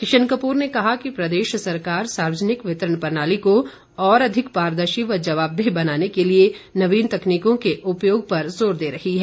किशन कपूर ने कहा कि प्रदेश सरकार सार्वजनिक वितरण प्रणाली को अधिक पारदर्शी व जवाबदेह बनाने के लिए नवीन तकनीकों के उपयोग पर जोर दे रही है